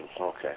Okay